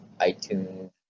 itunes